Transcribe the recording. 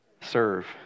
serve